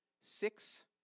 six